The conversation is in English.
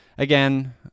Again